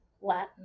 Latin